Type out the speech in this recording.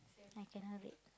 I cannot read